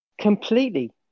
Completely